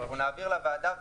גם אנחנו נעביר לוועדה.